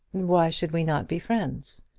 why should we not be friends?